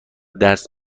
درس